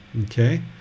Okay